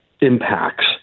impacts